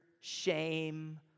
shame